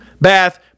bath